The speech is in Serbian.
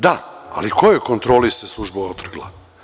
Da, ali kojoj kontroli se služba otrgla?